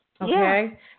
Okay